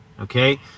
Okay